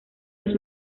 los